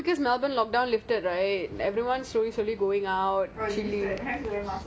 because melbourne lockdown lifted right everyone slowly slowly going out